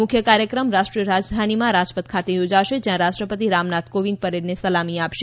મુખ્ય કાર્યક્રમ રાષ્ટ્રીય રાજધાનીમાં રાજપથ ખાતે યોજાશે જ્યાં રાષ્ટ્રપતિ રામનાથ કોવિંદ પરેડને સલામી આપશે